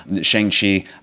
Shang-Chi